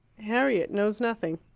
harriet knows nothing.